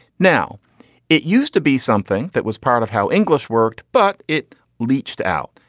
now it used to be something that was part of how english worked but it leached out.